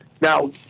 Now